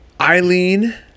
Eileen